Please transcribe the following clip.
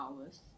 hours